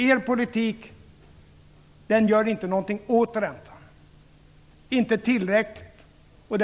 Er politik gör inte tillräckligt mycket åt räntan.